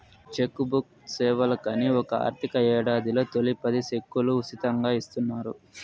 check book సేవలకని ఒక ఆర్థిక యేడాదిలో తొలి పది సెక్కులు ఉసితంగా ఇస్తున్నారు